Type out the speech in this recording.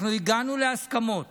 אנחנו הגענו להסכמות